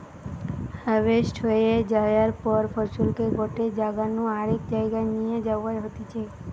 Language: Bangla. হাভেস্ট হয়ে যায়ার পর ফসলকে গটে জাগা নু আরেক জায়গায় নিয়ে যাওয়া হতিছে